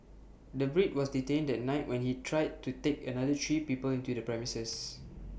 the Brit was detained that night when he tried to take another three people into the premises